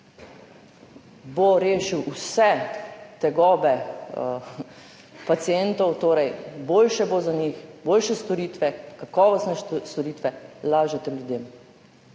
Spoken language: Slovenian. rešil vse tegobe pacientov, torej bo boljše za njih, boljše storitve, kakovostne storitve, lažete ljudem.